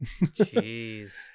Jeez